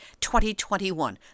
2021